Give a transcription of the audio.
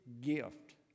gift